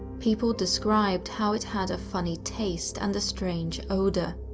people described how it had a funny taste and a strange odour.